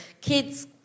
kids